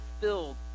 filled